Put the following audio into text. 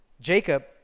Jacob